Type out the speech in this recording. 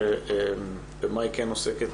שבמה היא כן עוסקת?